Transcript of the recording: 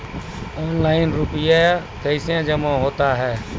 Online रुपये कैसे जमा होता हैं?